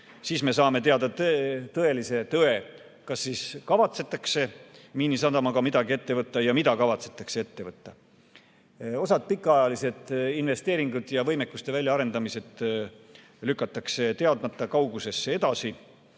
siis me saame teada tõe, kas kavatsetakse Miinisadamaga midagi ette võtta ja mida kavatsetakse ette võtta. Osa pikaajalisi investeeringuid ja võimekuse väljaarendamisi lükatakse teadmata kaugusesse edasi.